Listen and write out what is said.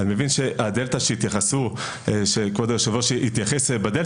אני מבין שהדלתא שכבוד היושב-ראש התייחס אליה,